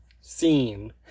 scene